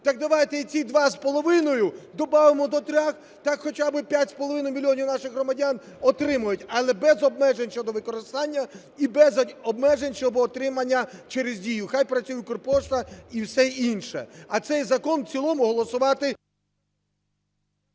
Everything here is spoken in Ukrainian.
ці два з половиною добавимо до трьох, так, хоча би 5,5 мільйона наших громадян отримають, але без обмежень щодо використання і без обмежень щодо отримання через Дію, хай працює Укрпошта і все інше. А цей закон в цілому голосувати…